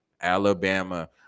Alabama